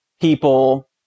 people